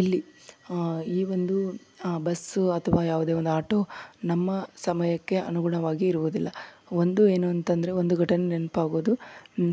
ಇಲ್ಲಿ ಈ ಒಂದು ಬಸ್ಸು ಅಥವಾ ಯಾವುದೇ ಒಂದು ಆಟೋ ನಮ್ಮ ಸಮಯಕ್ಕೆ ಅನುಗುಣವಾಗಿ ಇರುವುದಿಲ್ಲ ಒಂದು ಏನು ಅಂತಂದರೆ ಒಂದು ಘಟನೆ ನೆನ್ಪಾಗೋದು